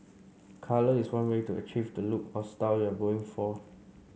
colour is one way to achieve the look or style you're going for